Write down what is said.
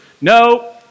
No